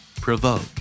Provoke